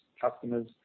customers